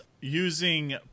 using